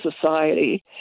society